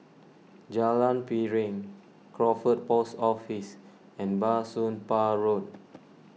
Jalan Piring Crawford Post Office and Bah Soon Pah Road